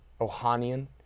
Ohanian